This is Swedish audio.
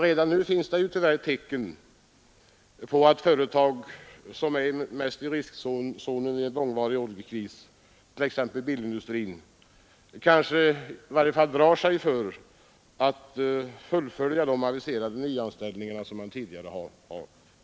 Redan nu finns det tyvärr tecken på att företag som är mest i riskzonen vid en långvarig oljebrist, t.ex. bilindustrin, i alla fall drar sig för att fullfölja aviserade nyanställningar.